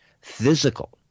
physical